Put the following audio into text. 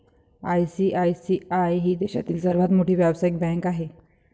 ICICI ही देशातील सर्वात मोठी व्यावसायिक बँक आहे